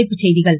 தலைப்புச்செய்திகள்